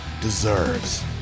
deserves